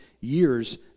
years